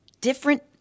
different